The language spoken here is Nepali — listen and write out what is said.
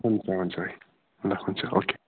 हुन्छ हुन्छ भाइ ल हुन्छ ओके